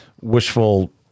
wishful